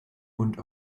und